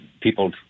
people